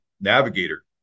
navigator